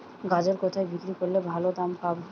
গাজর কোথায় বিক্রি করলে ভালো দাম পাব?